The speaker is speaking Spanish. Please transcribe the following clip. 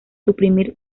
suprimir